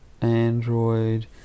Android